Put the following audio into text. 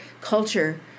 culture